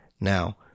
Now